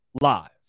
live